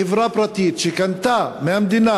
חברה פרטית שקנתה מהמדינה,